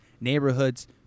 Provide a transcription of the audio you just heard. neighborhoods